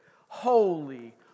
holy